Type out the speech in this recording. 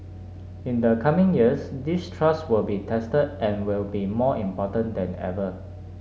in the coming years this trust will be tested and will be more important than ever